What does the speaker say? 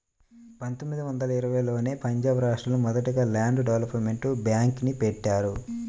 పందొమ్మిది వందల ఇరవైలోనే పంజాబ్ రాష్టంలో మొదటగా ల్యాండ్ డెవలప్మెంట్ బ్యేంక్ని బెట్టారు